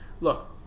Look